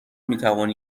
میتوان